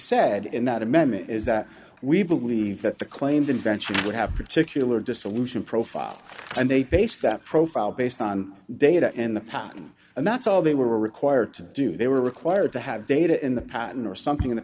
said in that amendment is that we believe that the claimed invention would have particular dissolution profile tham they base that profile based on data and the patent and that's all they were required to do they were required to have data in the patent or something in the